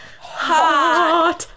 Hot